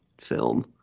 film